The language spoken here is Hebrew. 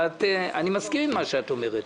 אבל אני מסכים עם מה שאת אומרת,